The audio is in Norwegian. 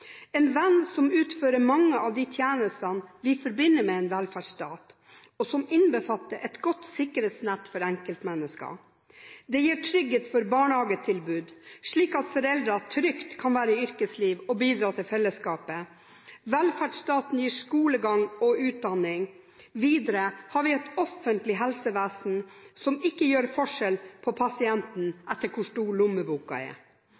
en venn som utfører mange av de tjenestene vi forbinder med en velferdsstat, og som innbefatter et godt sikkerhetsnett for enkeltmennesket. Det gir trygghet for barnehagetilbud, slik at foreldre trygt kan være i yrkeslivet og bidra til fellesskapet. Velferdsstaten gir skolegang og utdanning. Videre har vi et offentlig helsevesen som ikke gjør forskjell på pasienten etter hvor stor lommeboka er.